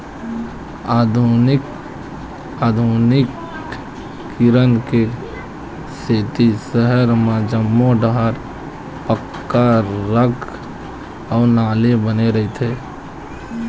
आधुनिकीकरन के सेती सहर म जम्मो डाहर पक्का रद्दा अउ नाली बने रहिथे